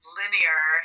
linear